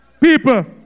People